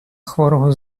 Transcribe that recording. хворого